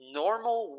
normal